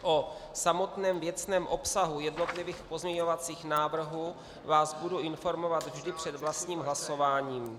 O samotném věcném obsahu jednotlivých pozměňovacích návrhů vás budu informovat vždy před vlastním hlasováním.